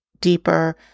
deeper